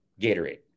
Gatorade